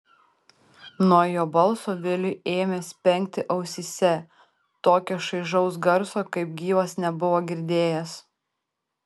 nuo jo balso viliui ėmė spengti ausyse tokio šaižaus garso kaip gyvas nebuvo girdėjęs